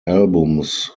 albums